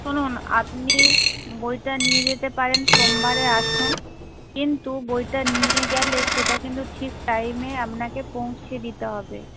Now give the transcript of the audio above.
শুনুন আপনি বইটা নিয়ে যেতে পারেন সোমবারে আসুন কিন্তু বইটা নিয়ে গেলে সেটা কিন্তু ঠিক টাইমে আপনাকে পৌঁছে দিতে হবে